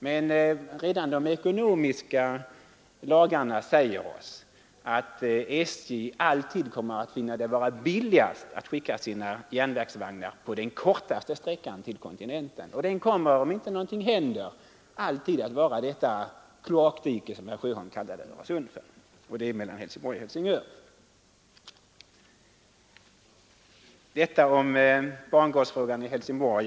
Men redan de ekonomiska lagarna säger oss att SJ alltid kommer att finna det vara billigast att skicka sina järnvägsvagnar den kortaste sträckan till kontinenten, och den kommer — om inte någonting händer — alltid att vara ”kloakdiket”, som herr Sjöholm kallade Öresund för, mellan Helsingborg och Helsingör. Detta om bangårdsfrågan i Helsingborg.